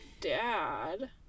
dad